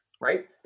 right